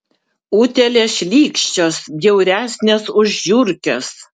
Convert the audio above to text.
utėlės šlykščios bjauresnės už žiurkes